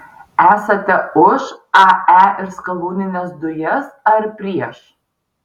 esate už ae ir skalūnines dujas ar prieš